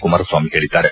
ಕುಮಾರಸ್ವಾಮಿ ಹೇಳಿದ್ದಾರೆ